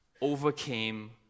overcame